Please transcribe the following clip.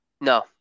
No